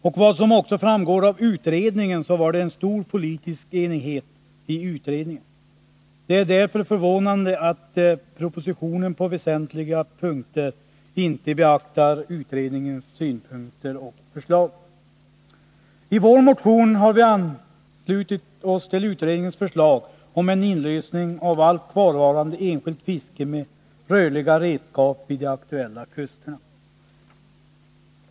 Det framgår också att det rådde en stor politisk enighet i utredningen, och därför är det förvånande att propositionen på väsentliga punkter inte beaktar dess synpunkter och förslag. I vår motion har vi anslutit oss till utredningens förslag om en inlösning av allt kvarvarande enskilt fiske med rörliga redskap vid de aktuella kusterna.